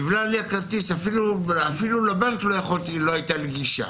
נבלע לי הכרטיס, אפילו לבנק לא הייתה לי גישה.